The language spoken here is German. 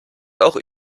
auch